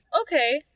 okay